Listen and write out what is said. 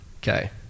Okay